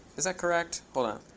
is that correct? but